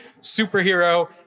superhero